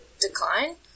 decline